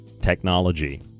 technology